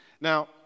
Now